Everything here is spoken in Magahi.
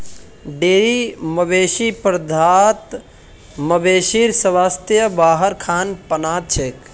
डेरी मवेशी प्रबंधत मवेशीर स्वास्थ वहार खान पानत छेक